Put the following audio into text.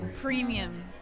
premium